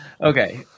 Okay